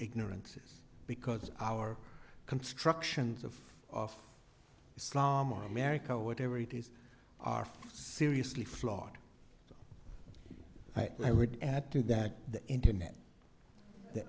ignorances because our constructions of islam or america or whatever it is are seriously flawed i would add to that the internet the